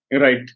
Right